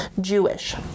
Jewish